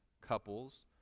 couples